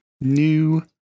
new